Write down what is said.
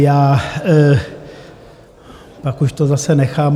Já pak už to zase nechám.